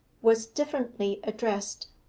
was differently addressed.